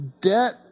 Debt